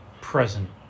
present